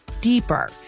deeper